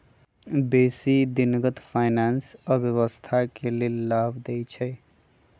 बेशी दिनगत फाइनेंस अर्थव्यवस्था के लेल लाभ देइ छै